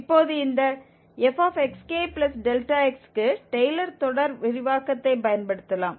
இப்போது இந்த fxk∆x க்கு டெய்லர் தொடர் விரிவாக்கத்தைப் பயன்படுத்தலாம்